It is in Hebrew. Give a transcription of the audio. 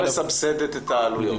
מסבסדת את העלויות.